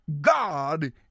God